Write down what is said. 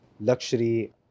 luxury